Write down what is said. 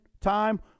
time